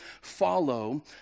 follow